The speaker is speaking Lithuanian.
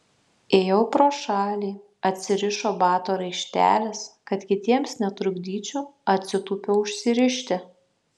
ėjau pro šalį atsirišo bato raištelis kad kitiems netrukdyčiau atsitūpiau užsirišti